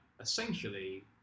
essentially